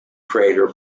crater